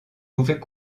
pouvait